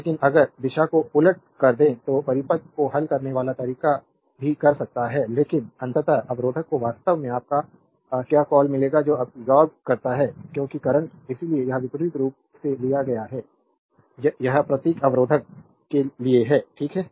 लेकिन अगर दिशा को उल्टा कर दें तो परिपथ को हल करने वाला तरीका भी कर सकता है लेकिन अंततः अवरोधक को वास्तव में आपका क्या कॉल मिलेगा जो अब्सोर्बेद करता है क्योंकि करंट इसीलिए यह विपरीत रूप से लिया गया है यह प्रतीक अवरोधक के लिए है ठीक है